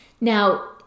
now